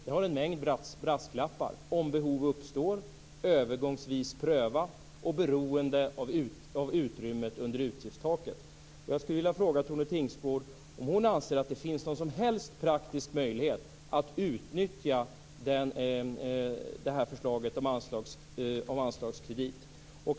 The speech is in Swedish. Det har en mängd brasklappar, t.ex. om behov uppstår, övergångsvis pröva och beroende av utrymmet under utgiftstaket. Jag skulle vilja fråga Tone Tingsgård om hon anser att det finns någon som helst praktisk möjlighet att utnyttja det här förslaget om anslagskredit.